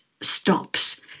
stops